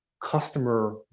customer